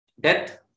Death